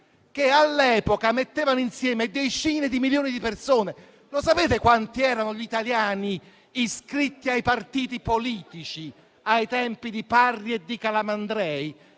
che all'epoca mettevano insieme decine di milioni di persone. Lo sapete quanti erano gli italiani iscritti ai partiti politici, ai tempi di Parri e Calamandrei?